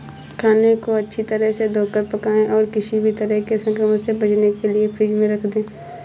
खाने को अच्छी तरह से धोकर पकाएं और किसी भी तरह के संक्रमण से बचने के लिए फ्रिज में रख दें